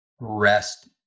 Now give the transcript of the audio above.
rest